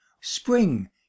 Spring